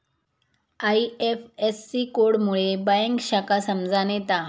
IFSC code मुळे bank शाखा समजान येता